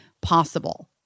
possible